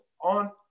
on